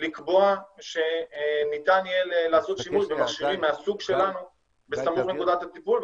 לקבוע שניתן יהיה לעשות שימוש במכשירים מהסוג שלנו בסמוך לנקודת הטיפול,